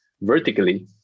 vertically